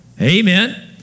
amen